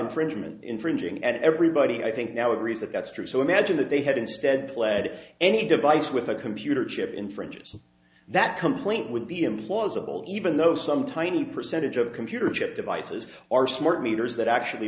infringement infringing and everybody i think now agrees that that's true so imagine that they had instead pled any device with a computer chip infringes that complaint would be implausible even though some tiny percentage of computer chip devices are smart meters that actually